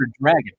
dragon